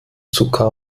zucker